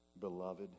Beloved